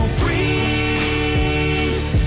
breathe